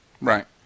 right